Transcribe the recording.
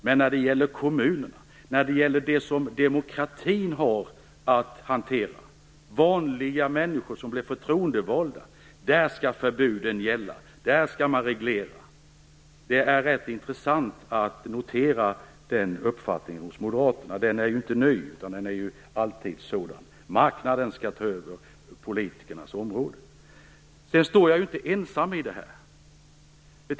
Men när det gäller kommunerna, när det gäller det som demokratin har att hantera, när det gäller vanliga människor som blir förtroendevalda skall förbuden gälla. I de fallen skall man reglera. Det är rätt intressant att notera den uppfattningen hos moderaterna. Den är ju inte ny, utan har alltid funnits. Marknaden skall ta över på politikernas områden. Jag är inte ensam om det här.